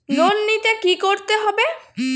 Loan নিতে কী করতে হবে?